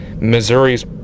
Missouri's